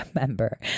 remember